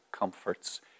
comforts